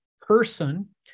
person